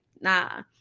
nah